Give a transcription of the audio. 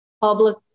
public